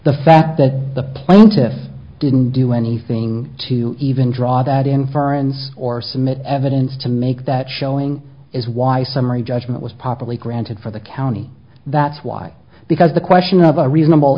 the fact that the plaintiffs didn't do anything to even draw that inference or submit evidence to make that showing is why summary judgment was properly granted for the county that's why because the question of a reasonable